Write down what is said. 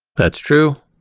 that's true.